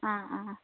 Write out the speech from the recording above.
অঁ অঁ